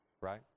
right